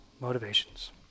motivations